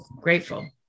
grateful